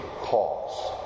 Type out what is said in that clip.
cause